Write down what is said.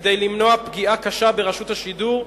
וכדי למנוע פגיעה קשה ברשות השידור,